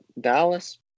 Dallas